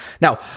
Now